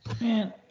Man